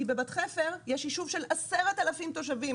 כי בבת חפר הולך להיות ישוב של 10,000 תושבים.